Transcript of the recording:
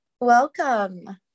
Welcome